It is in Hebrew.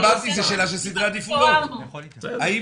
אמרתי